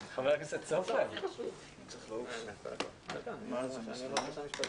משרד החינוך סוף סוף הבין שהוא צריך להציג לוועדת החינוך